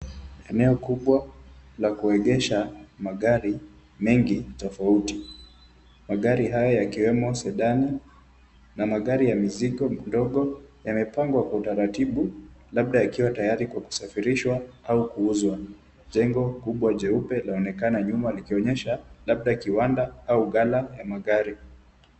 Eneo kubwa la kuegesha magari mengi tofauti. Magari haya yakiwemo sedani na magari ya mizigo mdogo yamepangwa kwa utaratibu labda yakiwa tayari kwa kusafirishwa au kuuzwa. Jengo kubwa jeupe laonekana nyuma likionyesha labda kiwanda au gala la magari.